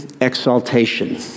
exaltation